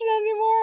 anymore